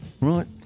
Right